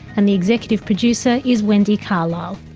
and the executive producer is wendy carlisle.